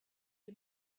est